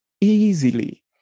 easily